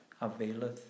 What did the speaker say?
availeth